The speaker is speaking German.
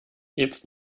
jetzt